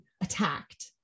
attacked